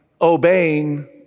obeying